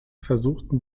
versuchen